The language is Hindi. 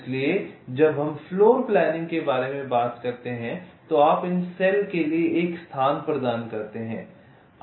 इसलिए जब हम फ़्लोरप्लानिंग के बारे में बात करते हैं तो आप इन सेल के लिए एक स्थान प्रदान करते हैं